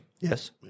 Yes